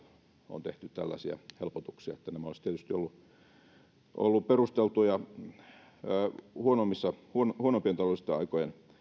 on tehty tällaisia helpotuksia nämä olisivat tietysti olleet perusteltuja huonompien taloudellisten aikojen